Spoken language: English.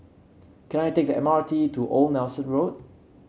can I take the M R T to Old Nelson Road